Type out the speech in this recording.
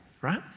right